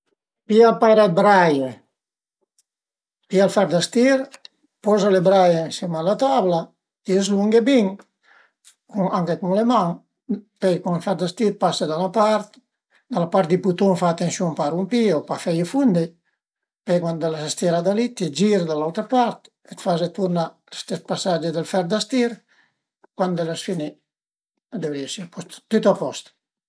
Pìa ën paira dë braie, pìa ël fer da stir, poza le brarie ën sima a la taula, i zlunghe bin anche cun le man, pöi cun ël fer da stir pase da üna part, da la part di butun fa atensiun a pa rumpìe o a pa feie fundi, pöi cuandi l'as stirà da li, t'ie gire da l'autra part e faze turna lë stes pasage dël fer da stir, cuand l'as finì a dëvrìa esi a post tüt a post